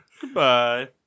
Goodbye